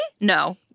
No